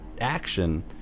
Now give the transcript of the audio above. action